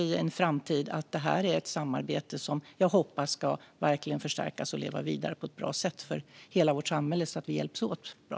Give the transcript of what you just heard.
Jag hoppas att detta är ett samarbete som ska förstärkas och leva vidare på ett bra sätt för hela vårt samhälle, så att vi även i framtiden hjälps åt.